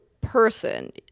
person